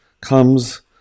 comes